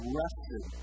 rested